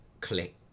click